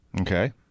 Okay